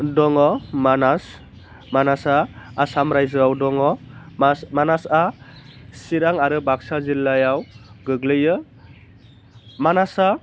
दङ मानास मानासआ आसाम रायजोआव दङ मानासआ चिरां आरो बाक्सा जिल्लायाव गोग्लैयो मानासआ